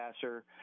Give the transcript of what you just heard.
passer